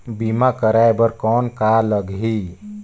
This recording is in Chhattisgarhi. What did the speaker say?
बीमा कराय बर कौन का लगही?